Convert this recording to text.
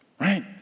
right